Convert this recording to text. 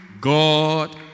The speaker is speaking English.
God